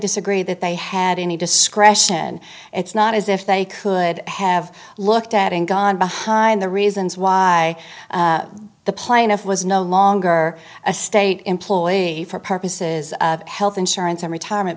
disagree that they had any discretion it's not as if they could have looked at in gone behind the reasons why the plaintiff was no longer a state employee for purposes of health insurance and retirement